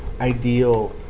ideal